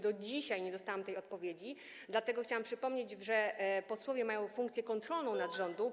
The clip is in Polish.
Do dzisiaj nie dostałam tej odpowiedzi, dlatego chciałam przypomnieć, że posłowie pełnią funkcję kontrolną wobec rządu.